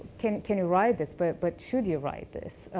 can can you write this, but but should you write this?